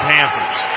Panthers